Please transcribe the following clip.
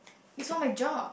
is for my job